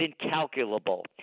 incalculable